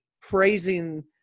praising